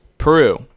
Peru